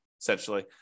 essentially